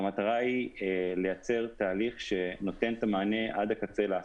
והמטרה היא לייצר תהליך שנותן את המענה עד הקצה לעסקים.